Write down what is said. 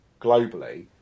globally